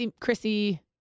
Chrissy